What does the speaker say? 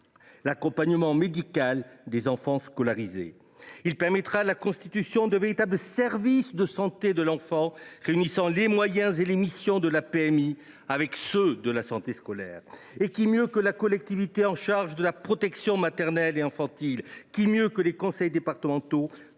l’accompagnement médical des enfants scolarisés. Il permettra de constituer de véritables services de santé de l’enfant et de réunir les moyens et les missions de la PMI avec ceux de la santé scolaire. Or qui mieux que les collectivités chargées de la protection maternelle et infantile, qui mieux que les conseils départementaux,